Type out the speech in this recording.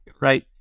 Right